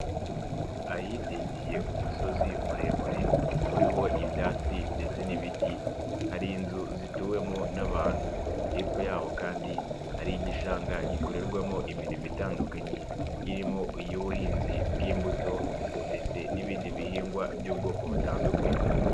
Ahitegeye umusozi muremure uriho ibyatsi ndetse n'ibiti hari inzu zituwemo n'abantu, hepfo yaho kandi hari igishanga gikorerwamo imirimo itandukanye irimo iy'ubuhinzi bw'imbuto ndetse n'ibindi bihingwa by'ubwoko butandukanye.